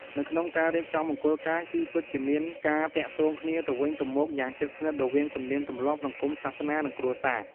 នៅក្នុងការរៀបចំមង្គលការ គឺពិតជាមានការទាក់ទងគ្នាទៅវិញទៅមកយ៉ាងជិតស្និទ្ធ រវាងទំនៀមទម្លាប់ សង្គម សាសនា និងគ្រួសារ។